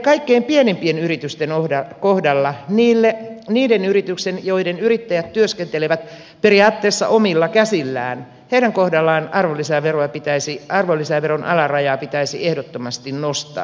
kaikkein pienimpien yritysten kohdalla niiden yritysten joiden yrittäjät työskentelevät periaatteessa omilla käsillään arvonlisäveron alarajaa pitäisi ehdottomasti nostaa